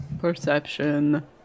perception